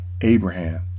Abraham